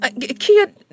Kia